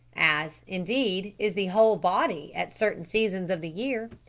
as, indeed, is the whole body at certain seasons of the year.